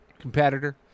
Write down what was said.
competitor